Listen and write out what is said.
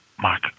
Mark